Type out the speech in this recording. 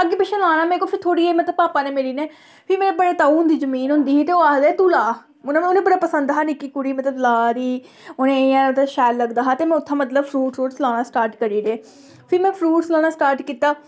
अग्गें पिच्छें लाना में फिर मतलब भापा ने मेरी ने फिर मेरे बड़े ताऊ हुंदी जमीन होंदी ही ते ओह् आखदे हे कि तू लाऽ उ'नें ई बड़ा पसंद हा कि नि'क्की कुड़ी मतलब लाऽ दी उ'नें गी एह् शैल लगदा हा ते में उ'त्थें मतलब फ्रूट शूट लाना स्टार्ट करी ओड़े फिर में फ्रूट लाना स्टार्ट कीता